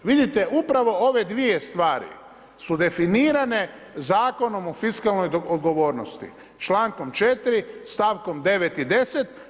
Vidite upravo ove dvije stvari su definirane Zakonom o fiskalnoj odgovornosti, člankom 4., stavkom 9. i 10.